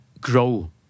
grow